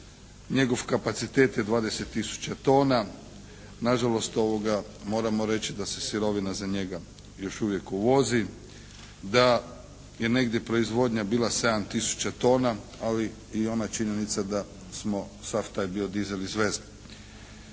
Njegov kapacitet je 20 tisuća tona. Nažalost, moramo reći da se sirovina za njega još uvijek uvozi, da je negdje proizvodnja bila 7 tisuća tona ali i ona činjenica da smo sav taj biodiesel izvezli.